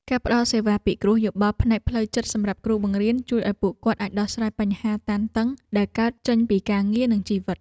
ការផ្តល់សេវាពិគ្រោះយោបល់ផ្នែកផ្លូវចិត្តសម្រាប់គ្រូបង្រៀនជួយឱ្យពួកគាត់អាចដោះស្រាយបញ្ហាតានតឹងដែលកើតចេញពី ការងារនិងជីវិត។